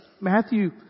matthew